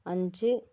அஞ்சு